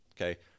okay